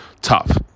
tough